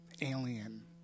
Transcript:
Alien